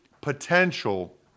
potential